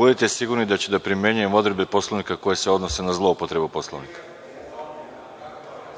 budite sigurni da ću da primenjujem odredbe Poslovnika koje se odnose na zloupotrebu Poslovnika. Jeste